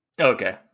Okay